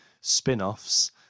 spin-offs